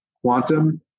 quantum